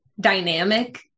dynamic